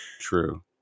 True